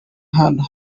haba